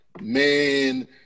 man